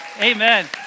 Amen